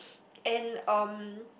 and um